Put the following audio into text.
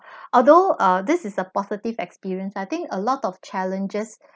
although uh this is a positive experience I think a lot of challenges